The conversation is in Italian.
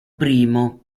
primo